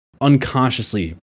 unconsciously